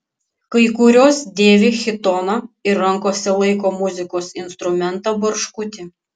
kai kurios dėvi chitoną ir rankose laiko muzikos instrumentą barškutį